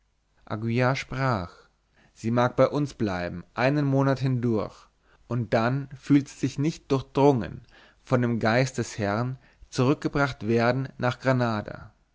sprach sie mag bei uns bleiben einen monat hindurch und dann fühlt sie sich nicht durchdrungen von dem geist des herrn zurückgebracht werden nach granada